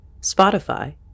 Spotify